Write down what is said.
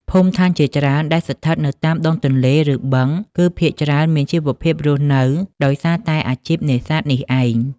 ភូមិឋានជាច្រើនដែលស្ថិតនៅតាមដងទន្លេ ឬបឹង គឺភាគច្រើនមានជីវភាពរស់នៅដោយសារតែអាជីពនេសាទនេះឯង។